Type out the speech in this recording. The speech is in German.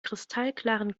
kristallklaren